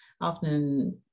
often